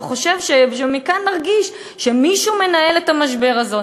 וחושב שמכאן נרגיש שמישהו מנהל את המשבר הזה.